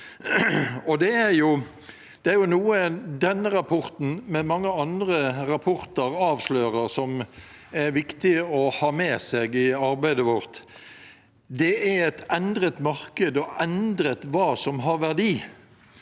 Det er noe denne rapporten – med mange andre rapporter – avslører, som er viktig å ha med seg i arbeidet vårt: Det er et endret marked, det er endret hva som har verdi.